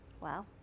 Wow